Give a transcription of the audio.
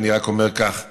ואני רק אומר כך: